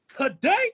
today